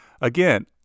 Again